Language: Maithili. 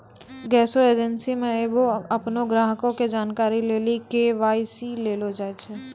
गैसो एजेंसी मे आबे अपनो ग्राहको के जानकारी लेली के.वाई.सी लेलो जाय छै